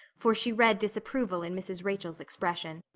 for she read disapproval in mrs. rachel's expression.